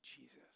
Jesus